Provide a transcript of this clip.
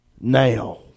now